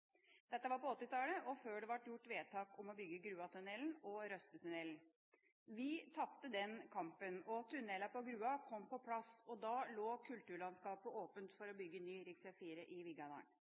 Dette var på 1980-tallet og før det ble fattet vedtak om å bygge Gruatunnelen og Røstetunnelen. Vi tapte den kampen, og tunnelene på Grua kom på plass. Da lå kulturlandskapet åpent for å bygge ny rv. 4 i